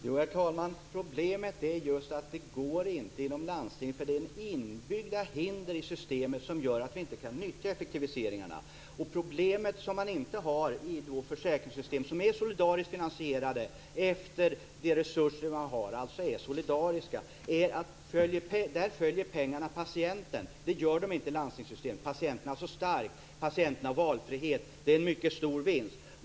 Herr talman! Problemet är att det inte går att effektivisera inom landstinget. Det finns inbyggda hinder i systemet som gör att vi inte kan nyttja effektiviseringarna. Det är problem som man inte har i försäkringssystem som är solidariskt finansierade. De systemen rättar sig efter de resurser man har och är alltså solidariska. Där följer pengarna patienten. Det gör de inte i landstingssystemet. Patienterna står starka. Patienterna har valfrihet. Det är en mycket stor vinst.